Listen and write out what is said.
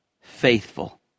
faithful